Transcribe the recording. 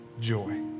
joy